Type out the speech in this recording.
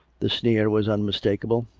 the sneer was unmistakable.